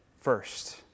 first